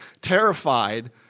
terrified